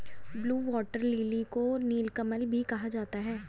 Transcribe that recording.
blue water lily को नीलकमल भी कहा जाता है